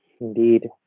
Indeed